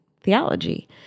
theology